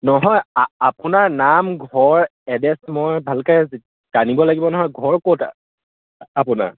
নহয় আপোনাৰ নাম ঘৰ এড্ৰেছ মই ভালকৈ জানিব লাগিব নহয় ঘৰ ক'ত আপোনাৰ